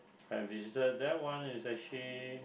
I visited that one is actually